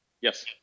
Yes